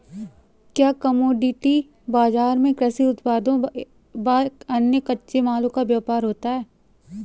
क्या कमोडिटी बाजार में कृषि उत्पादों व अन्य कच्चे मालों का व्यापार होता है?